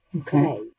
Okay